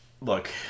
Look